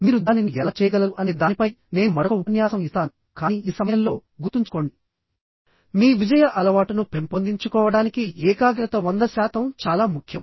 మీరు దానిని ఎలా చేయగలరు అనే దానిపై నేను మరొక ఉపన్యాసం ఇస్తాను కానీ ఈ సమయంలో గుర్తుంచుకోండి మీ విజయ అలవాటును పెంపొందించుకోవడానికి ఏకాగ్రత 100 శాతం చాలా ముఖ్యం